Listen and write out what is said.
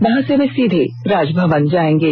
वहां से वे सीधे राजभवन जाएंगे